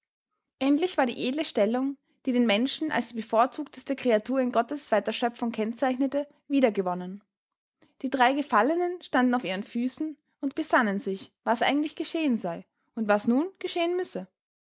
endlich war die edle stellung die den menschen als die bevorzugteste kreatur in gottes weiter schöpfung kennzeichnet wiedergewonnen die drei gefallenen standen auf ihren füßen und besannen sich was eigentlich geschehen sei und was nun geschehen müsse